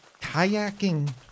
Kayaking